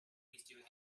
issue